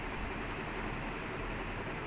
ya I quite lazy